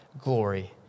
glory